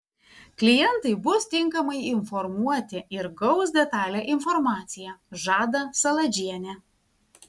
klientai bus tinkamai informuoti ir gaus detalią informaciją žada saladžienė